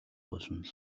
болно